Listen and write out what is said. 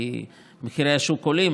כי מחירי השוק עולים.